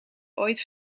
ooit